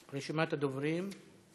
רשימת הדוברים.